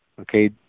Okay